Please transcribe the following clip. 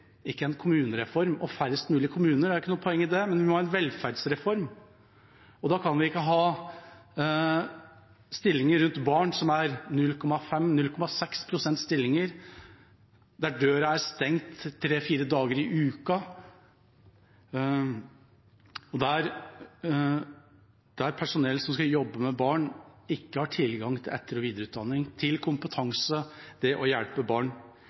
ikke en kommunereform og færrest mulig kommuner, det er ikke noe poeng i det, men en velferdsreform. Da kan vi ikke ha stillinger rundt barn på 50–60 pst., der døra er stengt tre–fire dager i uka, der personell som skal jobbe med barn, ikke har tilgang til etter- og videreutdanning, til kompetanse for å hjelpe barn.